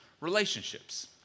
relationships